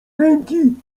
ręki